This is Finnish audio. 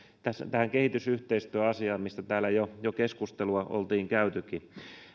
tähän kehitysyhteistyöasiaan mistä täällä jo jo keskustelua oltiin käytykin